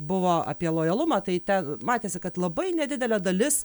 buvo apie lojalumą tai te matėsi kad labai nedidelė dalis